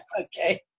Okay